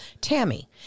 tammy